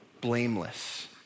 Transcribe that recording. blameless